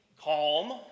calm